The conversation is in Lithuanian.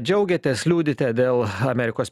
džiaugiatės liūdite dėl amerikos